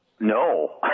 no